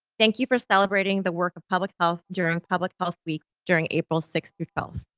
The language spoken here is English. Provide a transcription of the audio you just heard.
thank you for celebrating the work of public health during public health week during april sixth through twelfth.